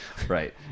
right